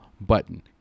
button